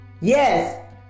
Yes